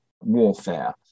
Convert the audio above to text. warfare